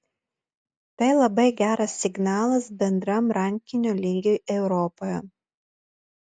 tai labai geras signalas bendram rankinio lygiui europoje